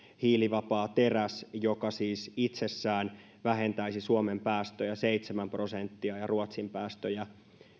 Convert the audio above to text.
hiilivapaa teräs joka siis itsessään vähentäisi suomen päästöjä seitsemän prosenttia ja ruotsin päästöjä